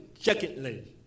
Secondly